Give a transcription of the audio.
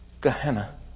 Gehenna